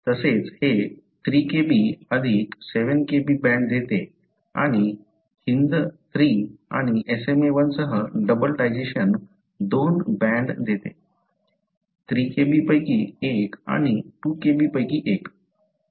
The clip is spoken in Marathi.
तसेच हे 3Kb अधिक 7Kb बँड देते आणि HindIII आणि SmaI सह डबल डायजेशन दोन बँड देते 3 Kb पैकी एक आणि 2 Kb पैकी एक